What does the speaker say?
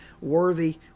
worthy